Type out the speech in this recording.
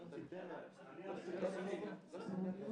דנה בלום כותבת: אני --- אני מבקשת ממך לצאת מהחדר.